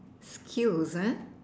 skills